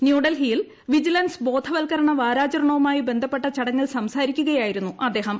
ന്യൂഡൽഹിയിൽ വിജിലൻസ് ബോധവൽക്കരണ വാരാചരണവുമായി ബന്ധപ്പെട്ട ചടങ്ങിൽ സംസാരിക്കുകയായിരുന്നു ആദ്ദേഹം